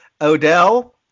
Odell